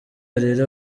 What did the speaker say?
rero